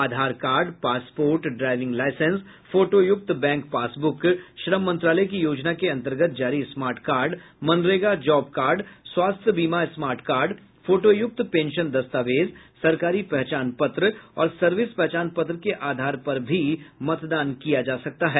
आधार card passport driving licence फोटोयुक्त bank passbook श्रम मंत्रालय की योजना के अंतर्गत जारी smart card MNREGA job card स्वास्थ्य बीमा स्मार्ट कार्ड फोटोयुक्त पेंशन दस्तावेज सरकारी पहचान पत्र और सर्विस पहचान पत्र के आधार पर भी मतदान किया जा सकता है